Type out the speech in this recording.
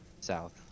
south